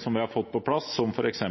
som vi har fått på plass, som f.eks.